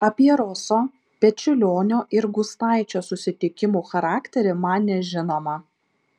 apie roso pečiulionio ir gustaičio susitikimų charakterį man nežinoma